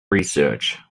research